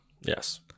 yes